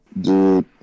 Dude